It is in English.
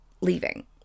leaving